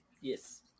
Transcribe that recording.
Yes